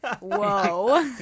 whoa